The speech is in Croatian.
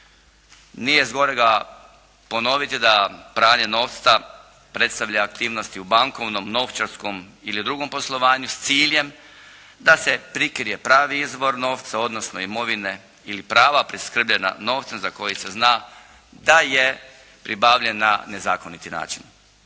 Nije zgorega ponoviti da pranje novca predstavlja aktivnosti u bankovnom, novčarskom ili drugom poslovanju s ciljem da se prikrije pravi izvor odnosno imovine ili prava priskrbljena novcem za koji se zna da je pribavljen na nezakoniti način.